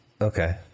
Okay